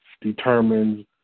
determines